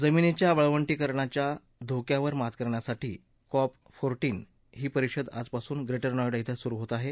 जमीनीच्या वाळवंटीकरणाच्या धोक्यावर मात करण्यासाठी कॉप फोरटिंन परिषद आजपासून ग्रेटर नोयडा धे सुरु होत आहे